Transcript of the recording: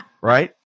right